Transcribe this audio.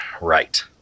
Right